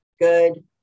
good